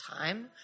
time